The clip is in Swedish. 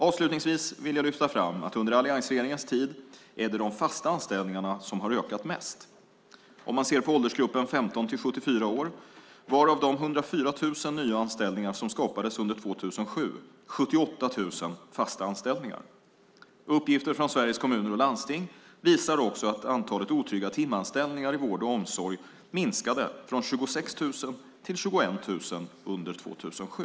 Avslutningsvis vill jag lyfta fram att det under alliansregeringens tid är de fasta anställningarna som har ökat mest. Om man ser på åldersgruppen 15-74 år var av de 104 000 nya anställningar som skapades under år 2007 78 000 fasta anställningar. Uppgifter från Sveriges Kommuner och Landsting visar också att antalet otrygga timanställningar i vård och omsorg minskade från 26 000 till 21 000 under år 2007.